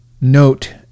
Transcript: note